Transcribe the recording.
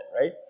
right